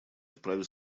вправе